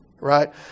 Right